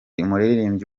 umuririmbyi